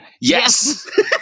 Yes